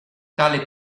tale